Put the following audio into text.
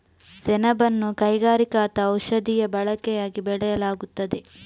ಸೆಣಬನ್ನು ಕೈಗಾರಿಕಾ ಅಥವಾ ಔಷಧೀಯ ಬಳಕೆಯಾಗಿ ಬೆಳೆಯಲಾಗುತ್ತದೆ